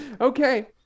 Okay